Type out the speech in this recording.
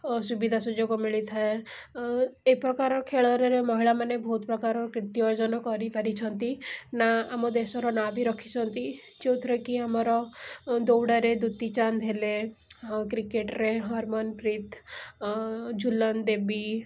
ସୁବିଧା ସୁଯୋଗ ମିଳିଥାଏ ଏପ୍ରକାର ଖେଳରେ ମହିଳାମାନେ ବହୁତପ୍ରକାର କୀର୍ତ୍ତି ଅର୍ଜନ କରିପାରିଛନ୍ତି ନାଁ ଆମ ଦେଶର ନାଁ ବି ରଖିଛନ୍ତି ଯେଉଁଥିରେ କି ଆମର ଦୌଡ଼ାରେ ଦୂତି ଚାନ୍ଦ ହେଲେ ଆଉ କ୍ରିକେଟ୍ରେ ହର୍ମନ୍ ପ୍ରୀତ୍ ଝୁଲନ୍ ଦେବୀ